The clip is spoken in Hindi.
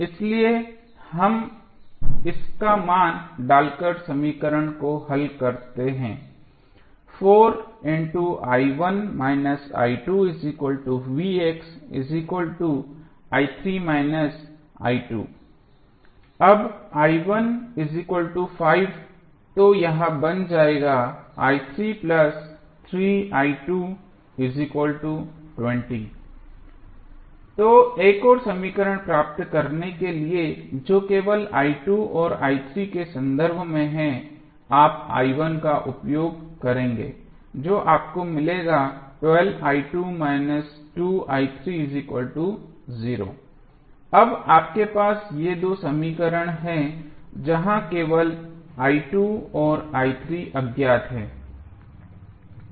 इसलिए हम इन का मान डालकर समीकरणों को हल करते हैं अब तो यह बन जाएगा तो एक और समीकरण प्राप्त करने के लिए जो केवल और के संदर्भ में है आप का उपयोग करेंगे जो आपको मिलेगा अब आपके पास ये दो समीकरण है जहां केवल और अज्ञात हैं